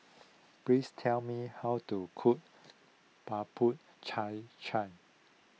please tell me how to cook Bubur Cha Cha